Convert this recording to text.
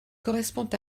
correspond